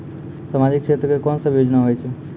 समाजिक क्षेत्र के कोन सब योजना होय छै?